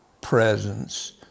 presence